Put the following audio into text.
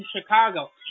Chicago